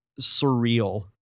surreal